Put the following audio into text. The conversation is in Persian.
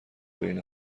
بین